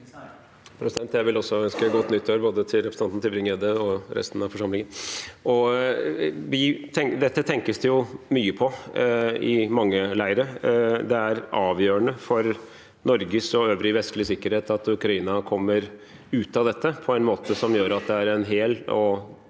Også jeg vil ønske godt nyttår, både til representanten Tybring-Gjedde og til resten av forsamlingen. Dette tenkes det mye på i mange leire. Det er avgjørende for Norges og øvrig vestlig sikkerhet at Ukraina kommer ut av dette på en måte som gjør at det er en hel og